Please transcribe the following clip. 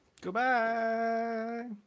Goodbye